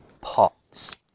pots